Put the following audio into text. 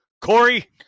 Corey